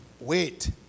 Wait